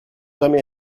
jamais